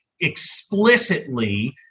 explicitly